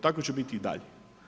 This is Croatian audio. Tako će biti i dalje.